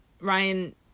ryan